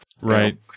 right